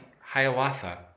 Hiawatha